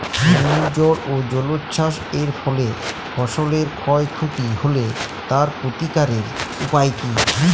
ঘূর্ণিঝড় ও জলোচ্ছ্বাস এর ফলে ফসলের ক্ষয় ক্ষতি হলে তার প্রতিকারের উপায় কী?